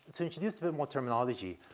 to introduce a bit more terminology.